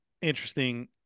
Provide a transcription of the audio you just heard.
interesting